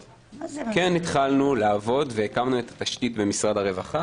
------- התחלנו לעבוד והקמנו תשתית במשרד הרווחה